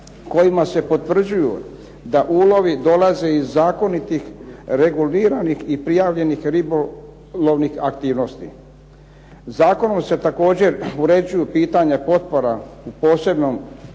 kojima se potvrđuju da ulovi dolaze iz zakonitih, reguliranih i prijavljenih ribolovnih aktivnosti. Zakonom se također uređuju pitanja potpora u posebnom